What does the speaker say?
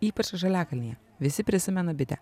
ypač žaliakalnyje visi prisimena bitę